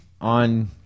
on